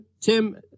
tim